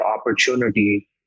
opportunity